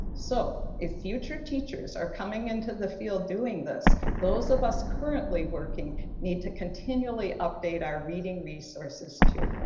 so if future teachers are coming into the field doing this, those of us currently working need to continually update our reading resources too.